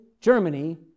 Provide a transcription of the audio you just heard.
germany